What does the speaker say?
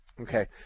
Okay